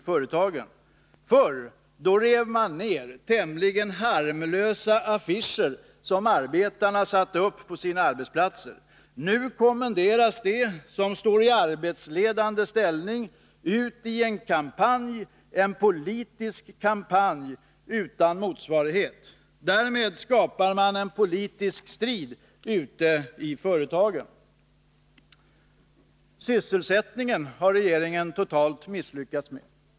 Förr rev man ner tämligen harmlösa affischer, som arbetarna satte upp på sina arbetsplatser. Nu kommenderas de som har arbetsledande ställning ut i en kampanj, en politisk kampanj utan motsvarighet. Därmed skapar man en politisk strid ute i företagen. Sysselsättningen har regeringen totalt misslyckats med.